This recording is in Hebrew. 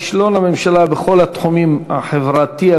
כישלון הממשלה בכל התחומים: החברתי,